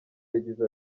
yagize